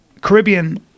Caribbean